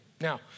Now